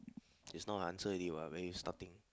it's not I answer already what when you starting